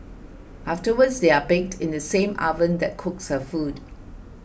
afterwards they are baked in the same oven that cooks her food